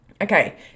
Okay